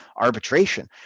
arbitration